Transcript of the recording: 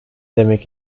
demek